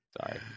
Sorry